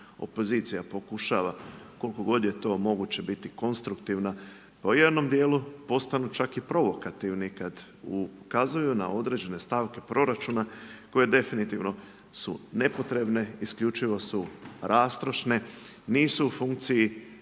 opozicija pokušava koliko god je to moguće biti konstruktivna, u jednom dijelu postanu čak i provokativni, kada ukazuju na određene stavke proračuna i koje definitivno su nepotrebne, isključivo su rastrošne, nisu u funkciji,